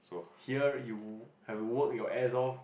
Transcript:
here you have to work your ass off